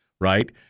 right